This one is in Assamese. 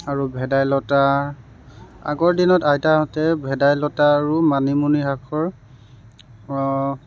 আৰু ভেদাইলতা আগৰ দিনত আইতাহঁতে ভেদাইলতা আৰু মানিমুনি শাকৰ